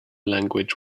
language